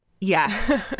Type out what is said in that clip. yes